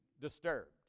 disturbed